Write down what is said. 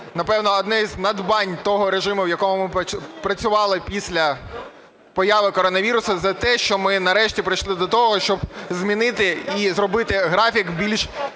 напевно, одне із надбань того режиму, в якому ми працювали після появи коронавірусу, - це те, що ми нарешті прийшли до того, щоб змінити і зробити графік більш